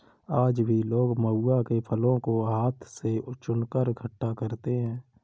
आज भी लोग महुआ के फलों को हाथ से चुनकर इकठ्ठा करते हैं